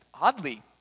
oddly